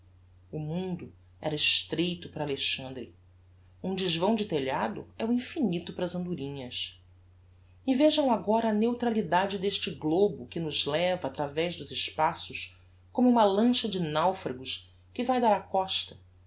o mundo era estreito para alexandre um desvão de telhado é o infinito para as andorinhas e vejam agora a neutralidade deste globo que nos leva atravez dos espaços como uma lancha de naufragos que vae dar á costa